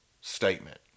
statement